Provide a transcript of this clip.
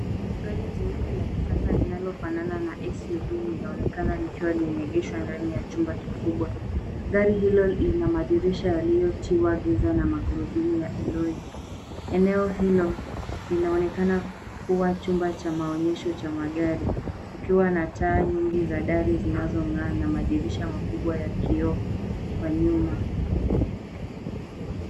Gari jeupe la kisasa linalofanana na SUV linaonekana likiwa limeegeshwa ndani ya chumba kikubwa. Gari hilo lina madirisha yaliyotiwa giza na magurudumu ya Eloi. Eneo hilo linaonekana kuwa chumba cha maonyesho cha magari kukiwa na taa nyingi za dari zinazong'aa na madirisha makubwa ya kioo kwa nyuma.